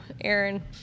aaron